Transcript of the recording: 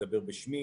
אני אדבר בשמי.